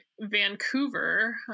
Vancouver